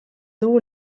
dugu